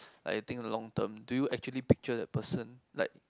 I think long term do you actually picture the person like